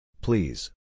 Please